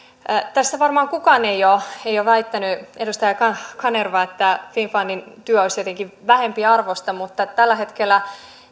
tässä varmaan kukaan ei ole väittänyt edustaja kanerva että finnfundin työ olisi jotenkin vähempiarvoista mutta tällä hetkellä